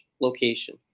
location